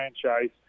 franchise